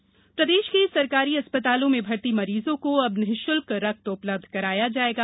blood bank प्रदेश के सरकारी अस्पतालों में भर्ती मरीजों को अब निःशुल्क में रक्त उपलब्ध कराया जायेगा